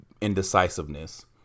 indecisiveness